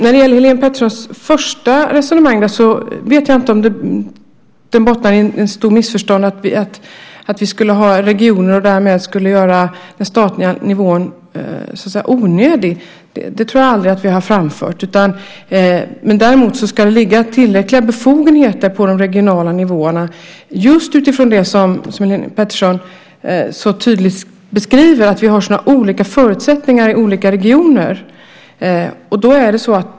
När det gäller Helene Peterssons första resonemang vet jag inte om det bottnar i ett stort missförstånd att vi skulle ha regioner och därmed skulle göra den statliga nivån onödig. Det tror jag aldrig att vi har framfört. Däremot ska det ligga tillräckliga befogenheter på de regionala nivåerna just utifrån det som Helene Petersson så tydligt beskriver, att vi har så olika förutsättningar i olika regioner.